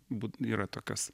būt yra tokios